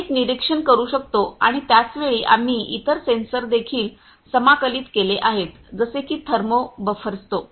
आम्ही एक निरीक्षण करू शकतो आणि त्याच वेळी आम्ही इतर सेन्सर देखील समाकलित केले आहेत जसे की थर्मो बफर्स्तो